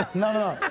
no, no.